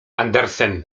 andersen